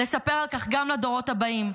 לספר על כך גם לדורות הבאים,